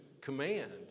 command